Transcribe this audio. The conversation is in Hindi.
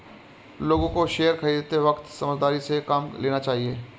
लोगों को शेयर खरीदते वक्त समझदारी से काम लेना चाहिए